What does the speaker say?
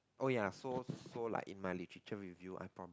oh ya so so like in my literature review I probably